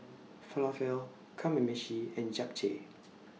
Falafel Kamameshi and Japchae